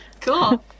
Cool